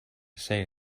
say